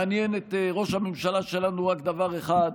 מעניין את ראש הממשלה רק דבר אחד,